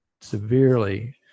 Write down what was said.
severely